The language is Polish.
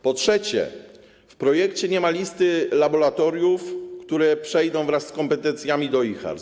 Po trzecie, w projekcie nie ma listy laboratoriów, które przejdą wraz z kompetencjami do IJHARS.